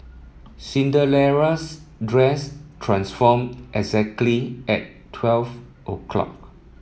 dress transformed exactly at twelve o'clock